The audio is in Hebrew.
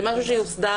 זה משהו שיוסדר.